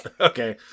Okay